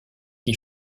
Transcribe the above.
qui